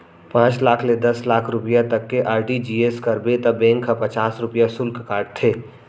पॉंच लाख ले दस लाख रूपिया तक के आर.टी.जी.एस कराबे त बेंक ह पचास रूपिया सुल्क काटथे